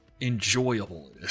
enjoyable